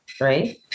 right